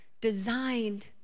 designed